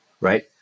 Right